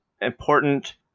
important